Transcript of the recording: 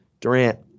Durant